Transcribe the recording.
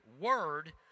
word